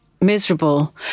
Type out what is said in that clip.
miserable